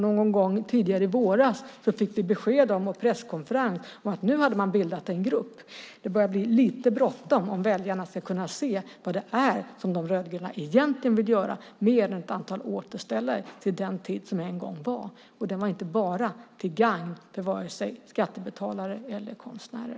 Någon gång tidigare i våras fick vi besked om på en presskonferens att man nu hade bildat en grupp. Det börjar bli lite bråttom om väljarna ska se vad det är som De rödgröna egentligen vill göra mer än att återställa till den tid som en gång var. Den var inte bara till gagn för vare sig skattebetalare eller konstnärer.